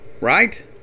Right